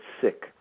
sick